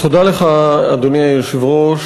אדוני היושב-ראש,